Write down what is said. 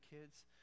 kids